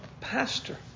pastor